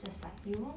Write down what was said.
just like you